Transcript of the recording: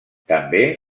també